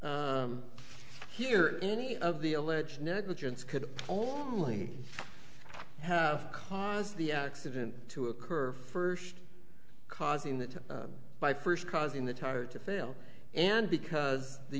here any of the alleged negligence could only have caused the accident to occur first causing that by first causing the tire to fail and because the